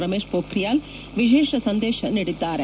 ರಮೇಶ್ ಪೋಖ್ರಿಯಾಲ್ ವಿಶೇಷ ಸಂದೇಶ ನೀಡಿದ್ದಾರೆ